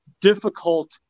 difficult